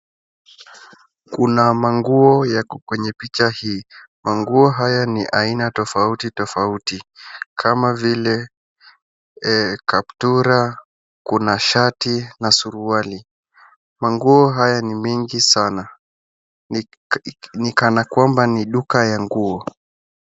Kuna manguo yako kwenye picha hii. Manguo haya ni aina tofauti tofauti kama vile kaptura, kuna shati na suruali. Manguo haya ni mingi sana ni kana kwamba ni duka ya nguo.